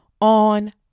on